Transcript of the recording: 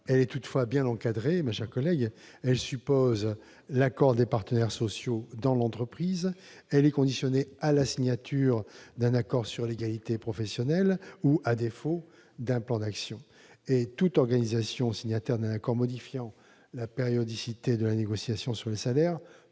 2016, est bien encadrée : elle suppose l'accord des partenaires sociaux dans l'entreprise et la signature d'un accord sur l'égalité professionnelle ou, à défaut, d'un plan d'action. Par ailleurs, toute organisation signataire d'un accord modifiant la périodicité de la négociation sur les salaires